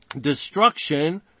destruction